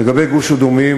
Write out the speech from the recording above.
לגבי גוש-אדומים